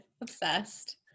Obsessed